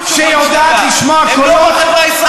הם לא בחברה הישראלית.